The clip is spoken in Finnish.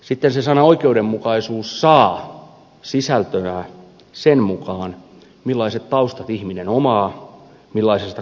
sitten se sana oikeudenmukaisuus saa sisältöä sen mukaan millaiset taustat ihminen omaa millaisesta kulttuurista tulee